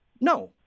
No